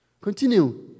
Continue